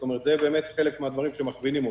זאת אומרת, זה באמת חלק מהדברים שמכווינים אותנו.